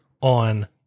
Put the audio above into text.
on